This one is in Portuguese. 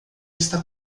está